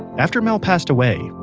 after mel passed away,